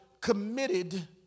committed